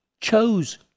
chose